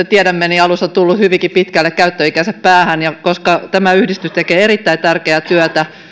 tiedämme alus on tullut hyvinkin pitkälle käyttöikänsä päähän koska tämä yhdistys tekee erittäin tärkeää työtä